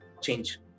change